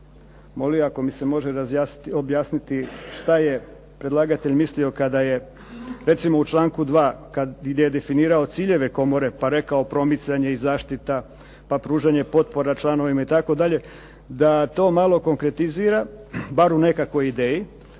molio ako mi se može razjasniti, objasniti šta je predlagatelj mislio kada je recimo u članku 2. gdje je definirao ciljeve komore pa rekao promicanje i zaštita, pa pružanje potpora članovima itd. da to malo konkretizira bar u nekakvoj ideji,